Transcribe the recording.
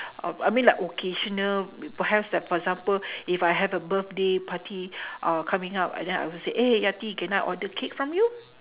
o~ I mean like occasional p~ perhaps like for example if I have a birthday party uh coming up then I will say eh yati can I order cake from you